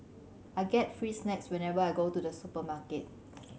I get free snacks whenever I go to the supermarket